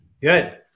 Good